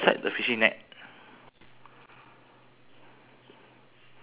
mm the lady in the tent right selling the ticket right